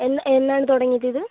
എന്ന് എന്നാണ് തുടങ്ങിയത് ഇത്